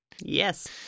yes